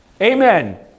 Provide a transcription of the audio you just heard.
Amen